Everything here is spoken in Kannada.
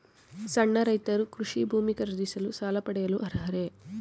ಸಣ್ಣ ರೈತರು ಕೃಷಿ ಭೂಮಿ ಖರೀದಿಸಲು ಸಾಲ ಪಡೆಯಲು ಅರ್ಹರೇ?